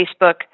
Facebook